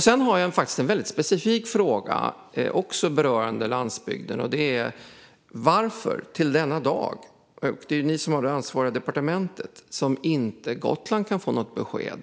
Sedan har jag en väldigt specifik fråga som också berör landsbygden, där ju ni har det ansvariga departementet: Varför har Gotland till denna dag inte kunnat få något besked